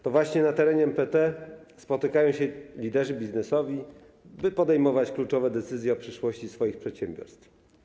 To właśnie na terenie MPT spotykają się liderzy biznesowi, by podejmować kluczowe decyzje o przyszłości swoich przedsiębiorstw.